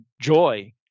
joy